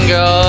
go